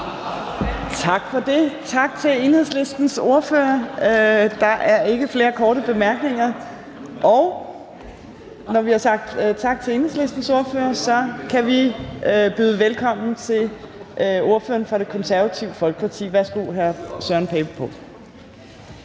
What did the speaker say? Torp): Tak til Enhedslistens ordfører. Der er ikke flere korte bemærkninger. Og når vi har sagt tak til Enhedslistens ordfører, kan vi byde velkommen til ordføreren for Det Konservative Folkeparti. Værsgo til hr. Søren Pape